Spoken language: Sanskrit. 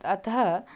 अतः